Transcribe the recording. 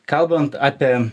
kalbant apie